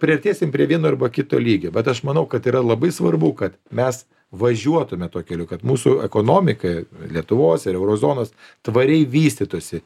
priartėsim prie vieno arba kito lygio bet aš manau kad tai yra labai svarbu kad mes važiuotume tuo keliu kad mūsų ekonomika lietuvos ir euro zonos tvariai vystytųsi